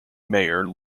mayor